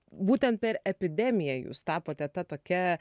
būtent per epidemiją jūs tapote ta tokia